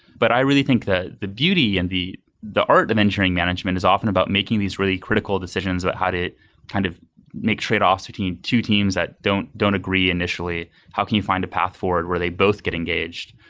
but i really think that the beauty and the the art of engineering management is often about making these really critical decisions about how to kind of make tradeoffs between two teams that don't don't agree initially. how can you find the path forward where they both get engaged,